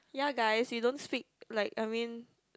ya guys we don't speak like I mean